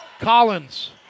Collins